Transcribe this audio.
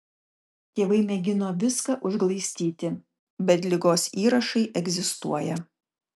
tėvai mėgino viską užglaistyti bet ligos įrašai egzistuoja